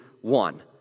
one